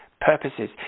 purposes